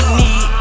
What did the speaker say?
need